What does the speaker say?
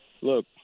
look